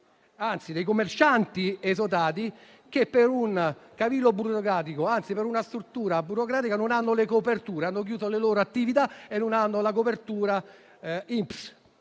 dei commercianti esodati, che per un cavillo burocratico - anzi, per una stortura burocratica - non hanno le coperture. Hanno chiuso le loro attività e non hanno la copertura INPS;